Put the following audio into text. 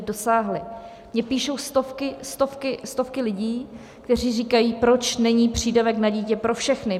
Mně píšou stovky, stovky, stovky lidí, kteří říkají: Proč není přídavek na dítě pro všechny?